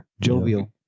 jovial